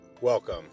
welcome